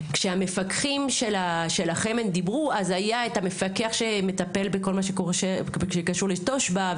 וכשהמפקחים של החמ"ד דיברו אז היה את המפקח שמטפל בכל מה שקשור לתושב"ע,